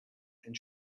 and